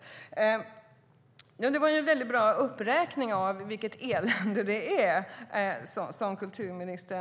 Kulturministern gjorde en väldigt bra uppräkning av allt elände.